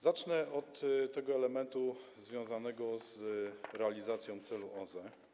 Zacznę od tego elementu związanego z realizacją celu OZE.